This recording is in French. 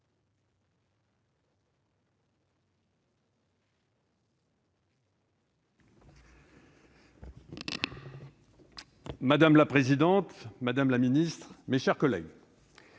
Madame la présidente, madame la ministre, mes chers collègues,